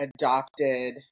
adopted